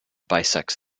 bisects